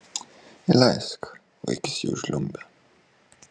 įleisk vaikis jau žliumbė